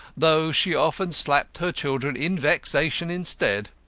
though she often slapped her children in vexation instead.